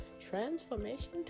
Transformation